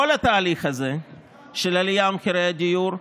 כל התהליך הזה של עליית מחירי הדיור,